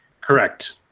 Correct